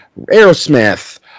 Aerosmith